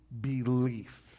belief